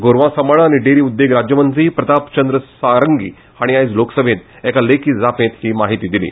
गोरवा सांबाळ आनी डेरी उद्देग राज्यमंत्री प्रताप चंद्र सारंगी हाणी आयज लोकसभेन एका लेखी जापेन ही म्हायती दिल्या